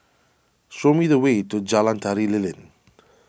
show me the way to Jalan Tari Lilin